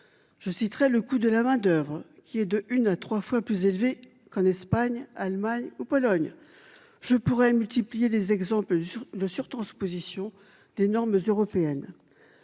Je citerai le coût de la main d'oeuvre qui est de une à 3 fois plus élevé qu'en Espagne, Allemagne ou Pologne. Je pourrais multiplier les exemples de surtransposition des normes européennes.